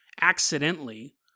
accidentally